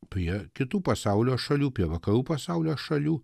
prie kitų pasaulio šalių prie vakarų pasaulio šalių